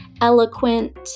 eloquent